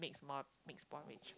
mixed mo~ mixed porridge